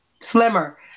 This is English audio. slimmer